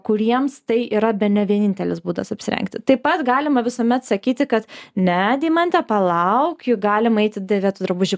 kuriems tai yra bene vienintelis būdas apsirengti taip pat galima visuomet sakyti kad ne deimante palauk juk galima eiti į dėvėtų drabužių